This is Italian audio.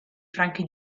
franchi